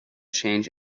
change